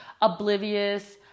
oblivious